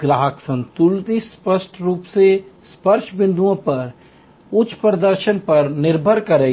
ग्राहक संतुष्टि स्पष्ट रूप से स्पर्श बिंदुओं पर उच्च प्रदर्शन पर निर्भर करेगी